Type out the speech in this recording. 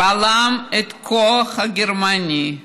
בלם את הכוח הגרמני,